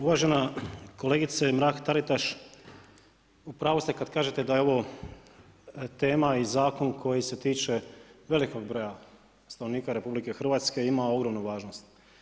Uvažena kolegice Mrak-Taritaš, u pravu ste kada kažete da je ovo tema i zakon koji se tiče velikog broja stanovnika RH i ima ogromnu važnost.